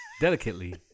delicately